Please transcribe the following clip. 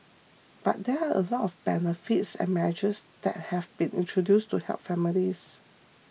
but there are a lot of benefits and measures that have been introduced to help families